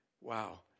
Wow